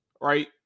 Right